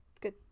good